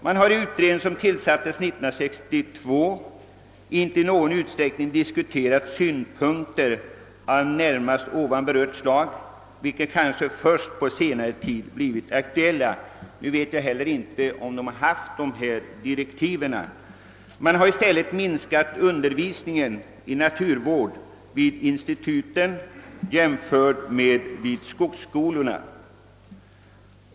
Den utredning som tillsattes 1962 har inte i någon utsträckning diskuterat synpunkter av närmast berörda slag, vilka kanske först på senare tid blivit aktuella. Jag vet inte heller om utredningen haft sådana direktiv. I stället föreslås minskad undervisning i naturvård vid instituten i jämförelse med undervisningen vid skogsskolorna.